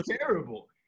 terrible